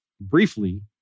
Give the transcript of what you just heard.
briefly